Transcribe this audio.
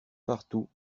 partout